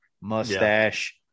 mustache